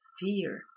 fear